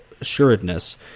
assuredness